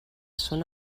són